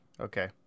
Okay